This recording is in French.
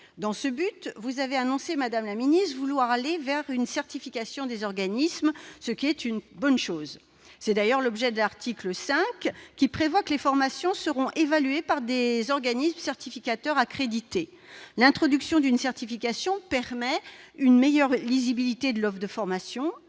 Dans ce but, vous avez annoncé, madame la ministre, vouloir aller « vers une certification des organismes », ce qui est une bonne chose. C'est d'ailleurs l'objet de l'article 5, qui prévoit que les formations seront évaluées par des organismes certificateurs accrédités. L'introduction d'une certification permet une meilleure lisibilité de l'offre de formation,